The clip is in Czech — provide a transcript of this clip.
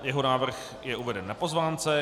Jeho návrh je uveden na pozvánce.